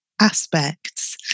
aspects